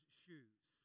shoes